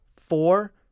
four